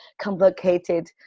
complicated